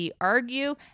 argue